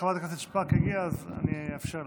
חברת הכנסת שפק הגיעה, אני אאפשר לך.